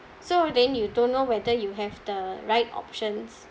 so then you don't know whether you have the right options